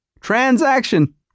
transaction